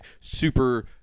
super